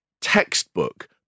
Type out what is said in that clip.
textbook